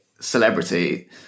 celebrity